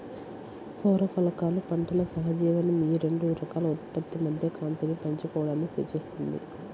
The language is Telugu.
సౌర ఫలకాలు పంటల సహజీవనం ఈ రెండు రకాల ఉత్పత్తి మధ్య కాంతిని పంచుకోవడాన్ని సూచిస్తుంది